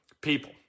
people